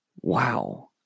Wow